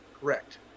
Correct